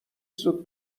زود